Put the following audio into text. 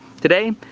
today,